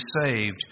saved